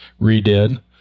redid